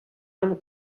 რომ